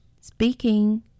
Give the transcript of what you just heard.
Speaking